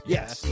Yes